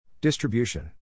Distribution